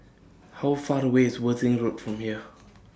How Far The away IS Worthing Road from here